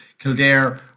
Kildare